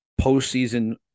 postseason